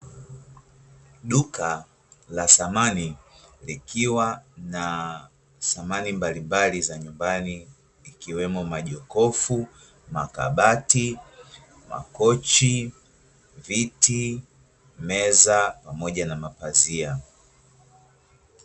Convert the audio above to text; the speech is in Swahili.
Duka la samani likiwa na samani mbalimbali za nyumbani, ikiwemo: majokofu, makabati, makochi, viti ,meza pamoja na mapazia.